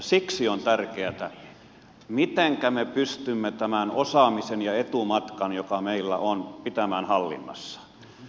siksi on tärkeätä mitenkä me pystymme tämän osaamisen ja etumatkan joka meillä on pitämään hallinnassa